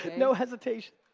no hesitation.